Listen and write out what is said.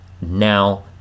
now